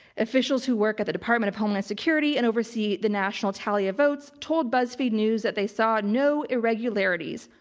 officials who work at the department of homeland security and oversee the national tally of votes told buzzfeed news that they saw no irregularities,